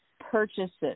purchases